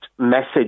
message